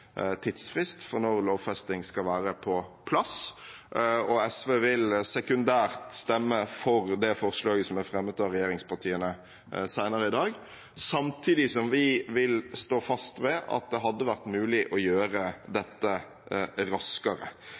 tidsfrist for når lovfesting skal være på plass. SV vil senere i dag sekundært stemme for det forslaget til vedtak som er fremmet av regjeringspartiene, samtidig som vi vil stå fast ved at det hadde vært mulig å gjøre dette raskere,